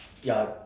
ya